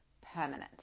permanent